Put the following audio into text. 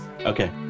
Okay